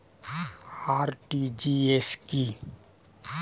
RTGS কি?